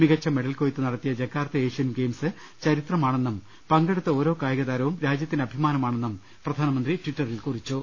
മികച്ച മെഡൽ കൊയ്ത്തു നടത്തിയ ജക്കാർത്ത ഏഷ്യൻ ഗെയിംസ് ചരിത്രമാണെന്നും പങ്കെ ടുത്ത ഓരോ കായികതാരവും രാജ്യത്തിന്റെ അഭിമാനമാണെന്നും പ്രധാനമന്ത്രി ടിറ്ററിൽ കുറിച്ചു